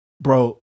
bro